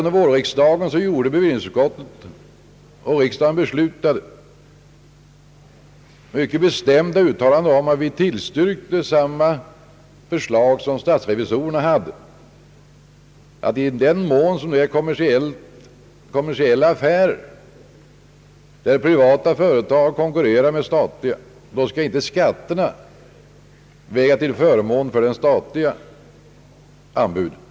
Under vårriksdagen gjorde bevillningsutskottet och beslöt riksdagen mycket bestämda uttalanden som innebar att vi tillstyrkte statsrevisorernas förslag att i den mån det gäller affärer, där privata företag konkurrerar med statliga, skall inte skatterna väga till förmån för det statliga anbudet.